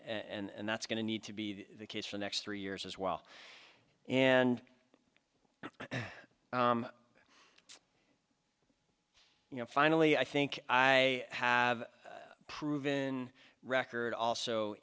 and that's going to need to be the case for next three years as well and you know finally i think i have a proven record also